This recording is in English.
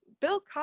Bill